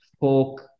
folk